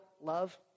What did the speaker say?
love